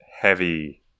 heavy